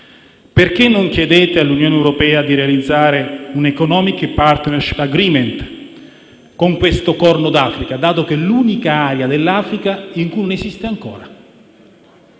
Perché non chiedete all'Unione europea di realizzare un Economic Partnership Agreement con il Corno d'Africa, dato che è l'unica area dell'Africa in cui non esiste ancora?